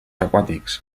aquàtics